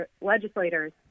legislators